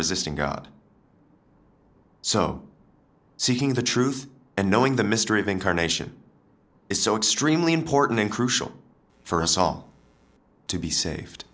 resisting god so seeking the truth and knowing the mystery of incarnation is so extremely important and crucial for us all to be saved